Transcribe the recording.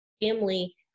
family